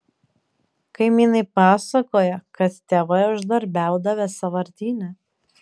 kaimynai pasakoja kad tėvai uždarbiaudavę sąvartyne